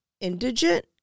indigent